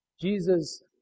Jesus